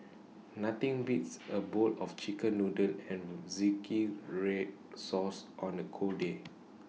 nothing beats A bowl of Chicken Noodles and Zingy Red Sauce on A cold day